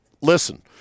listen